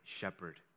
shepherd